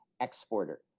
exporter